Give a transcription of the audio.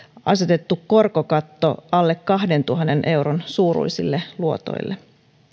asetettu korkokatto alle kahdentuhannen euron suuruisille luotoille